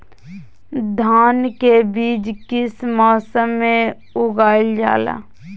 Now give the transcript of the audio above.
धान के बीज किस मौसम में उगाईल जाला?